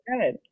good